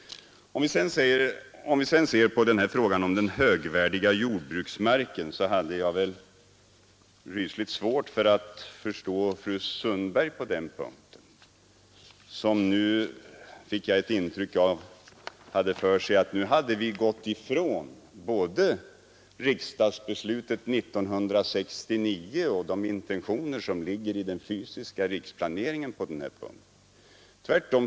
När det gäller frågan om den högvärdiga jordbruksmarken hade jag rysligt svårt att förstå fru Sundberg. Jag fick ett intryck av att hon hade för sig att vi nu gått ifrån både riksdagsbeslutet 1969 och de intentioner som ligger i den fysiska riksplaneringen på denna punkt.